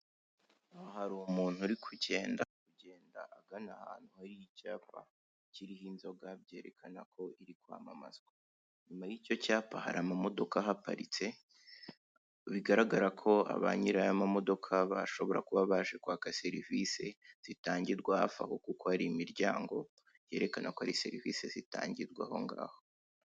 Hari umuntu uri kugendagenda agana ahantu hari icyapa kiriho inzoga byerekana ko iri kwamamazwa. Inyuma y'icyo cyapa hari amamodoka ahaparitse, bigaragara ko ba nyiri aya mamodoka bashobora kuba baje kwaka serivisi zitangirwa hafi aho, kuko hari imiryango yerekana ko hari serivisi zitangirwa aho ngaho.